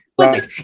Right